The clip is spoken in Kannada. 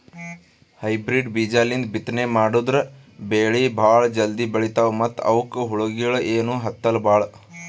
ಹೈಬ್ರಿಡ್ ಬೀಜಾಲಿಂದ ಬಿತ್ತನೆ ಮಾಡದ್ರ್ ಬೆಳಿ ಭಾಳ್ ಜಲ್ದಿ ಬೆಳೀತಾವ ಮತ್ತ್ ಅವಕ್ಕ್ ಹುಳಗಿಳ ಏನೂ ಹತ್ತಲ್ ಭಾಳ್